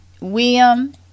William